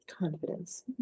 confidence